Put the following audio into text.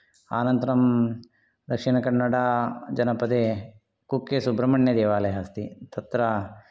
अनन्तरं दक्षिणकन्नडाजनपदे कुक्केसुब्रह्मण्यदेवालयः अस्ति तत्र